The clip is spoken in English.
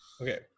Okay